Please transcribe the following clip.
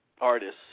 artists